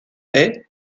est